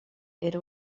era